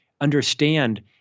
understand